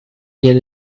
get